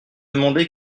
demandé